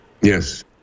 Yes